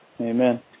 Amen